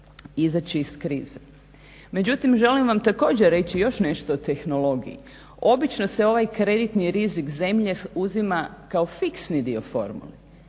izaći iz krize. Međutim, želim vam također reći još nešto o tehnologiji. Obično se ovaj kreditni rizik zemlje uzima kao fiksni dio formule